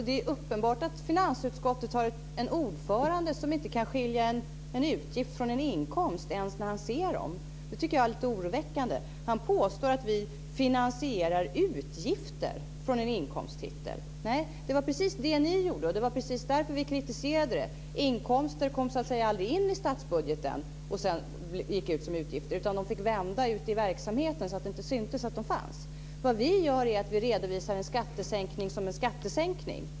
Det är uppenbart att finansutskottet har en ordförande som inte kan skilja en utgift från en inkomst ens när han ser dem. Det tycker jag är lite oroväckande. Han påstår att vi finansierar utgifter från en inkomsttitel. Det var precis det ni gjorde. Det var precis därför vi kritiserade det. Inkomster kom så att säga aldrig in i statsbudgeten för att sedan gå ut som utgifter, utan de fick vända ute i verksamheten så att det inte syntes att de fanns. Vi redovisar en skattesänkning som en skattesänkning.